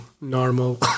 normal